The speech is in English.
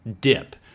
dip